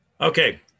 Okay